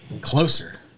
closer